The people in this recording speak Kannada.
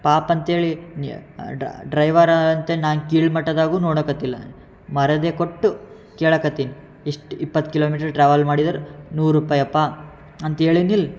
ಪಾಪ್ ಅಂಥೇಳಿ ನಿ ಡ್ರೈವರ ಅಂಥೇಳಿ ನಾನು ಕೀಳು ಮಟ್ಟದಾಗೂ ನೋಡಾಕ್ಕತ್ತಿಲ್ಲ ಮರ್ಯಾದೆ ಕೊಟ್ಟು ಕೇಳಾಕ್ಕತ್ತೀನಿ ಇಷ್ಟು ಇಪ್ಪತ್ತು ಕಿಲೋಮೀಟ್ರ್ ಟ್ರಾವೆಲ್ ಮಾಡಿದರೆ ನೂರು ರೂಪಾಯಿ ಯಪ್ಪ ಅಂತ ಹೇಳೀನಿ ಇಲ್ಲಿ